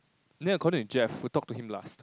then according to Jeff who talked to him last